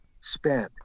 spend